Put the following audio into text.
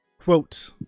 quote